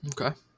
okay